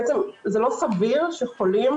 בסדר גמור.